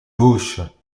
gauche